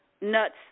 nuts